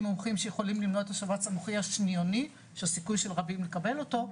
מומחים שיכולים למנוע את השבץ המוחי השניוני שהסיכוי של קבים לקבל אותו,